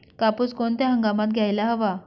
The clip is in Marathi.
कापूस कोणत्या हंगामात घ्यायला हवा?